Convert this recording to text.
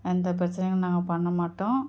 எந்த பிரச்சனைையும் நாங்கள் பண்ண மாட்டோம்